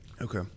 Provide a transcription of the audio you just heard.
okay